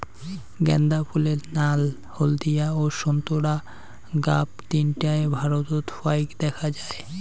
গ্যান্দা ফুলের নাল, হলদিয়া ও সোন্তোরা গাব তিনটায় ভারতত ফাইক দ্যাখ্যা যায়